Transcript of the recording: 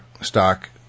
stock